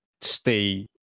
stay